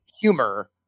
humor